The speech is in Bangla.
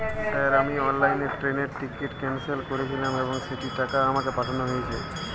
স্যার আমি অনলাইনে ট্রেনের টিকিট ক্যানসেল করেছিলাম এবং সেই টাকা আমাকে পাঠানো হয়েছে?